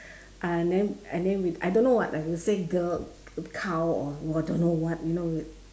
uh then and then we I don't know what I will say girl cow or what don't know what you know